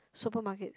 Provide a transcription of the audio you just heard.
supermarkets